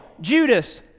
Judas